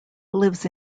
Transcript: lives